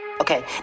Okay